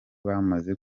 bamaze